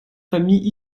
famille